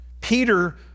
Peter